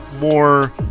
More